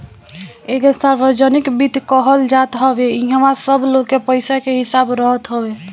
एके सार्वजनिक वित्त कहल जात हवे इहवा सब लोग के पईसा के हिसाब रहत हवे